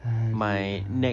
!alah!